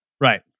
Right